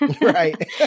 right